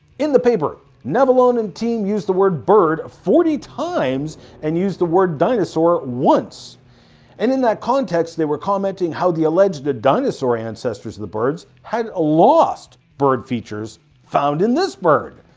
in the paper, navalon and team used the word bird forty times and used the word dinosaur once and in that context, they were commenting on how the alleged dinosaur ancestors of the birds had ah lost bird features found in this bird!